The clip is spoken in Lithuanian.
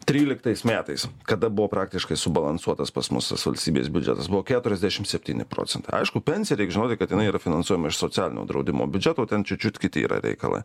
tryliktais metais kada buvo praktiškai subalansuotas pas mus tas valstybės biudžetas buvo keturiasdešim septyni procentai aišku pensija reik žinoti kad jinai yra finansuojama iš socialinio draudimo biudžeto ten čiut čiut kiti yra reikalą